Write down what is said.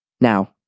Now